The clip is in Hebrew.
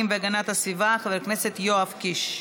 והגנה הסביבה חבר הכנסת יואב קיש.